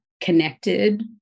connected